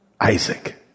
Isaac